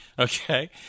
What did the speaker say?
Okay